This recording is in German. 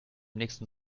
nächsten